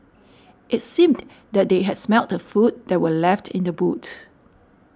it seemed that they had smelt the food that were left in the boots